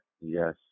Yes